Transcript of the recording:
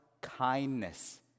kindness